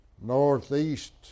northeast